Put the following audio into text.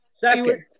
Second